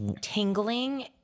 tingling